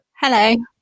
Hello